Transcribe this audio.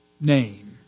name